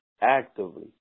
actively